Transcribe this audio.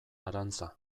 arantza